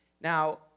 Now